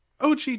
OG